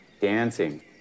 Dancing